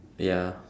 ya